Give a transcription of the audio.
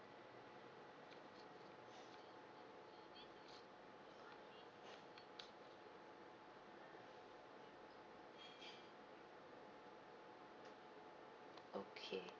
okay